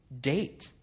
date